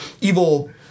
evil